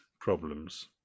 problems